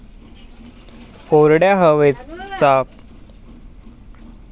कोरड्या हवेचा पिकावर काय परिणाम होतो?